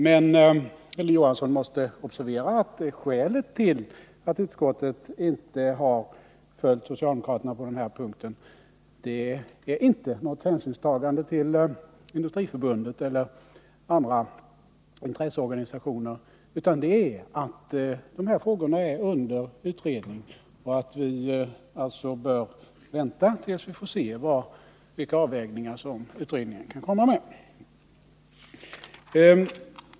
Men Hilding Johansson måste observera att skälet till att utskottet inte följt socialdemokraterna på den här punkten inte är ett hänsynstagande till Industriförbundet eller andra intresseorganisationer. Skälet är att dessa frågor är under utredning, och att vi alltså bör vänta tills vi får se vilka avvägningar som utredningen kan komma med.